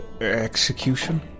Execution